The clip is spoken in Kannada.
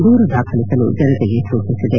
ದೂರು ದಾಖಲಿಸಲು ಜನತೆಗೆ ಸೂಚಿಸಿದೆ